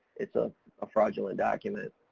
it's a ah fraudulent document.